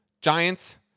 Giants